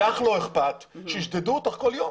לך לא אכפת שישדדו אותך כל יום,